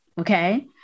okay